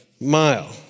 mile